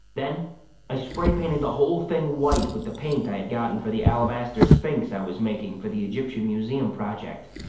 then i spray painted the whole thing white with the paint i had gotten for the alabaster sphinx i was making for the egyptian museum project.